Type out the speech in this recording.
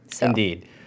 Indeed